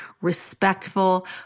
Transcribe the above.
respectful